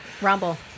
Rumble